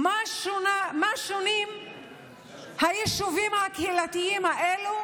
במה שונים היישובים הקהילתיים האלו